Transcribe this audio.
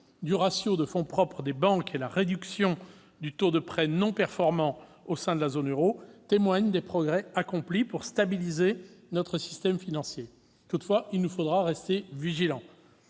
du ratio de fonds propres des banques et la réduction du taux de prêts non performants au sein de la zone euro témoignent des progrès accomplis pour stabiliser notre système financier. Toutefois, il nous faudra rester vigilants